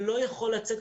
ולא יכול לצאת,